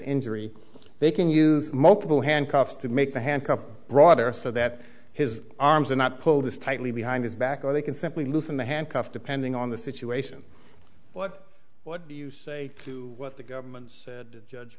injury they can use multiple handcuffs to make the handcuffs broader so that his arms are not pulled as tightly behind his back or they can simply loosen the handcuffs depending on the situation but what do you say to what the government's judge